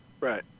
Right